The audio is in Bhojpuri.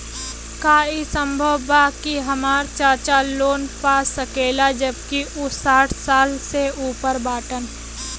का ई संभव बा कि हमार चाचा लोन पा सकेला जबकि उ साठ साल से ऊपर बाटन?